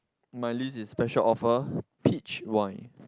my list is special offer peach wine